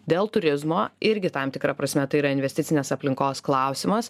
dėl turizmo irgi tam tikra prasme tai yra investicinės aplinkos klausimas